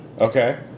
Okay